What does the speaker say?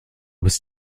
bist